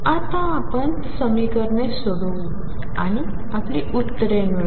आता आपण समीकरणे सोडवू आणि आपली उत्तरे मिळवू